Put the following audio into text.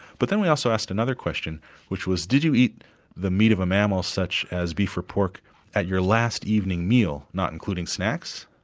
but then we also asked another question which was did you eat the meat of a mammal such as beef or pork at your last evening meal, not including snacks?